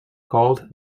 called